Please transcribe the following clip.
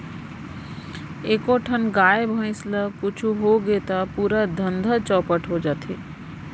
एको ठन गाय, भईंस ल कुछु होगे त पूरा धंधा चैपट हो जाथे